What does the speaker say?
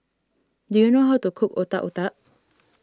do you know how to cook Otak Otak